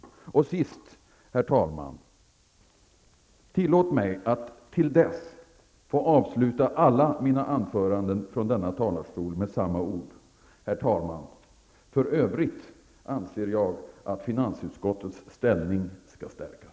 Tillåt mig, herr talman, till sist att till dess få avsluta alla mina anföranden från denna talarstol med samma ord: Herr talman! För övrigt anser jag att finansutskottets ställning skall stärkas.